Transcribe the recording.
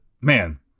man